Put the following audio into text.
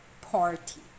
party